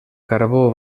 carbó